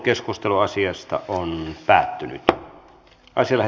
keskustelu päättyi